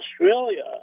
Australia